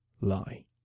lie